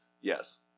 yes